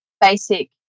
basic